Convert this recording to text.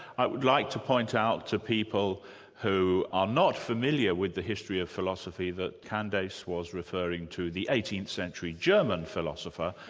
i would like to point out to people who are not familiar with the history of philosophy that candace was referring to the eighteenth century german philosopher,